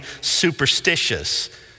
superstitious